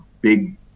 big